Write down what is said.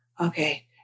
Okay